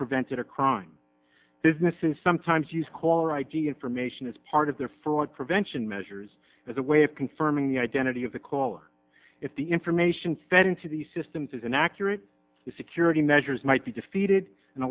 prevented a crime business and sometimes use caller id information as part of their fraud prevention measures as a way of confirming the identity of the caller if the information fed into the systems is inaccurate the security measures might be defeated and